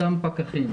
אותם פקחים,